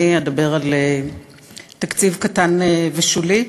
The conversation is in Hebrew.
אני אדבר על תקציב קטן ושולי,